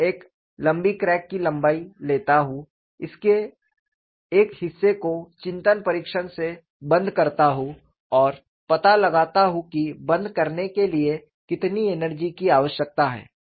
मैं एक लंबी क्रैक की लंबाई लेता हूं इसके एक हिस्से को चिंतन परीक्षण से बंद करता हूं और पता लगाता हूं कि बंद करने के लिए कितनी एनर्जी की आवश्यकता है